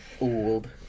old